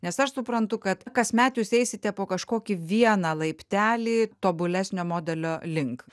nes aš suprantu kad kasmet jūs eisite po kažkokį vieną laiptelį tobulesnio modelio link